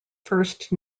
first